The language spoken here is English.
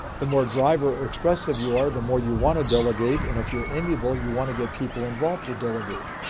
the more driver or expressive you are, the more you want to delegate. and if you're amiable, you want to get people involved to delineate.